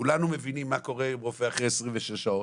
כולנו מבינים מה קורה עם רופא אחרי 26 שעות.